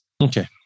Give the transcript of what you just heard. Okay